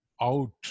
out